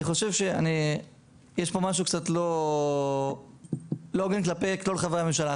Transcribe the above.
אני חושב שיש כאן משהו שהוא קצת לא הוגן כלפי כל חברי הממשלה.